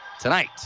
tonight